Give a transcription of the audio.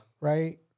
Right